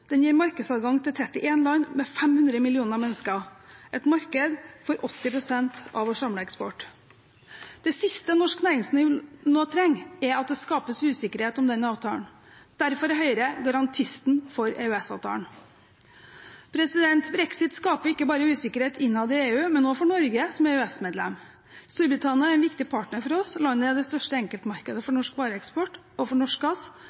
Den gir markedsadgang til 31 land med 500 millioner mennesker, et marked for 80 pst. av vår samlede eksport. Det siste norsk næringsliv nå trenger, er at det skapes usikkerhet om den avtalen. Derfor er Høyre garantisten for EØS-avtalen. Brexit skaper ikke bare usikkerhet innad i EU, men også for Norge som EØS-medlem. Storbritannia er en viktig partner for oss, landet er det største enkeltmarkedet for norsk vareeksport og for norsk gass,